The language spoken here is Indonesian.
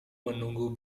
menunggu